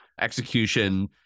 execution